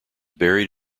buried